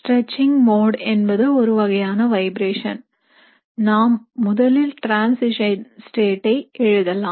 stretching mode என்பது ஒருவகையான vibration நாம் முதலில் transition state ஐ எழுதலாம்